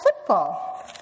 football